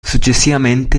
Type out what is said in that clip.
successivamente